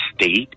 state